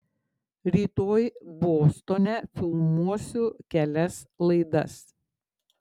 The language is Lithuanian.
rytoj bostone filmuosiu kelias laidas